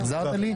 החזרת לי?